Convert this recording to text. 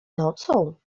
nocą